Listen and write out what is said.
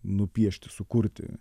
nupiešti sukurti